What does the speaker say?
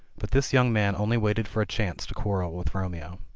but this young man only waited for a chance to quarrel with romeo.